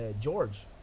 George